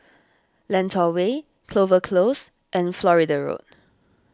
Lentor Way Clover Close and Florida Road